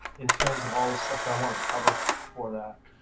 in terms of all the stuff that i wanted to cover for that.